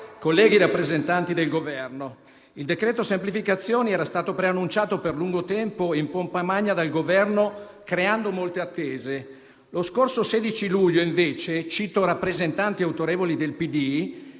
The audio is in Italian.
colleghi, rappresentanti del Governo, il decreto-legge semplificazioni era stato preannunciato per lungo tempo in pompa magna dal Governo creando molte attese. Lo scorso 16 luglio invece - cito rappresentanti autorevoli del